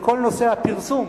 זה כל נושא הפרסום